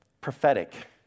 Prophetic